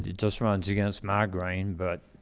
just runs against my grain, but